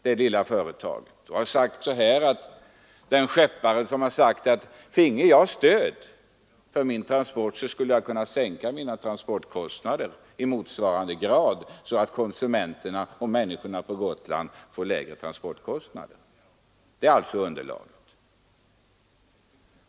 Detta lilla företag klarar sig ändå, och en skeppare där har sagt att finge han stöd skulle han kunna sänka transportkostnaderna i motsvarande grad så att konsumenterna på Gotland finge lägre transportkostnader. Det är alltså underlaget.